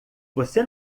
você